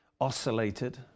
oscillated